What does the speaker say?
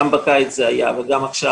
וגם בקיץ זה היה וגם עכשיו,